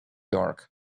dark